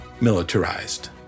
militarized